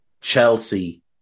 Chelsea